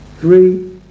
three